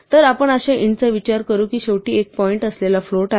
तर आपण अशा इंटचा विचार करू की शेवटी एक पॉईंट असलेला फ्लोट आहे